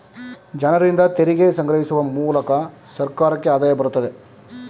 ಜನರಿಂದ ತೆರಿಗೆ ಸಂಗ್ರಹಿಸುವ ಮೂಲಕ ಸರ್ಕಾರಕ್ಕೆ ಆದಾಯ ಬರುತ್ತದೆ